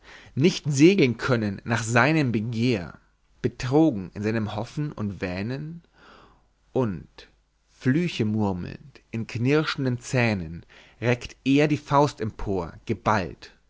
nicht segeln können nach seinem begehr betrogen in seinem hoffen und wähnen und flüche murmelnd in knirschenden zähnen reckt er die faust empor geballt